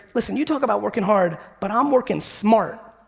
listen you talk about working hard. but i'm working smart.